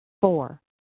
four